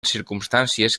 circumstàncies